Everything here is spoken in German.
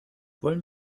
wollen